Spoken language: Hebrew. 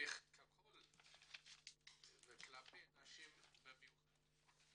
בכלל וכלפי נשים במיוחד".